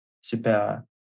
super